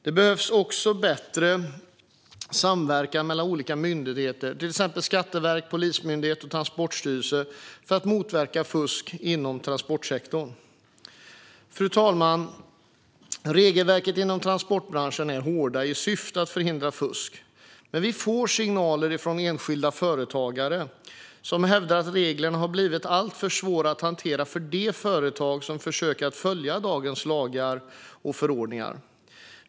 Det behövs också bättre samverkan mellan olika myndigheter, till exempel Skatteverket, Polismyndigheten och Transportstyrelsen, för att motverka fusk inom transportsektorn. Fru talman! Regelverken i transportbranschen är hårda i syfte att förhindra fusk, men vi får signaler från enskilda företagare om att reglerna har blivit alltför svåra att hantera för de företag som försöker följa dagens lagar och förordningar.